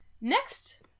Next